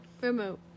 Remote